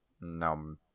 no